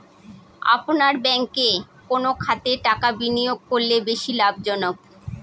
আপনার ব্যাংকে কোন খাতে টাকা বিনিয়োগ করলে বেশি লাভজনক?